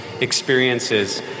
experiences